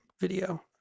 video